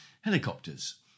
helicopters